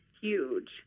Huge